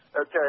Okay